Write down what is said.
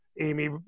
Amy